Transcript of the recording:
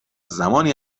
زمانی